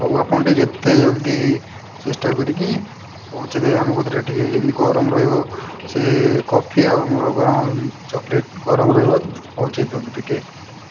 ହଉ ଆପଣ ଟିକେ ଯେତେ ଜଲଦି ଚେଷ୍ଟା କରିକି ପହଞ୍ଚାଇ ଦେବେ ଆମ କତିରେ ଟିକେ ଯେମିତି ଗରମ ରହିବ ସେ କଫି ଆଉ ଆମର ଚକୋଲେଟ ଗରମ ରହିବ ପହଁଞ୍ଚାଇ ଦିଅନ୍ତୁ ଟିକେ